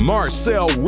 Marcel